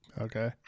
Okay